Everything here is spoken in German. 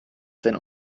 werden